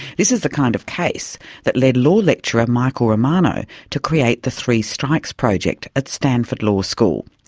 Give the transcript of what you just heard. this is the kind of case that led law lecturer michael romano to create the three strikes project at stanford law school.